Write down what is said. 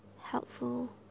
helpful